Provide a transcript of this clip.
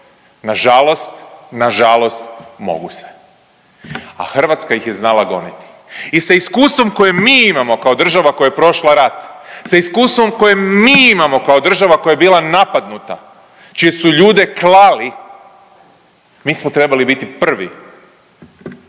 Nažalost, nažalost mogu se. A Hrvatska ih je znala goniti. I sa iskustvom koje mi imamo kao država koja je prošla rat, sa iskustvom koje mi imamo kao država koja je bila napadnuta, čije su ljude klali, mi smo trebali biti prvi,